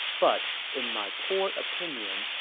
but in my poor opinion,